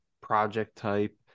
project-type